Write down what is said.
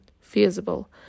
feasible